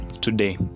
today